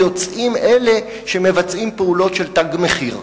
יוצאים אלה שמבצעים פעולות של "תג מחיר".